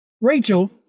Rachel